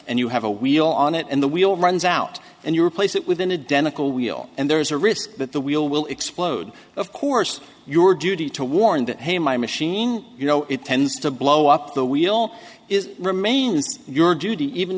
and you have a wheel on it and the wheel runs out and you replace it within adenike a wheel and there is a risk that the wheel will explode of course your duty to warn that hey my machine you know it tends to blow up the wheel is remains your duty even